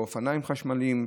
אופניים חשמליים.